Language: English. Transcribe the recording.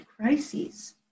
crises